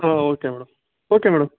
ah okay madam okay madam